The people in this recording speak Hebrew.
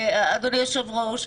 אדוני היושב-ראש,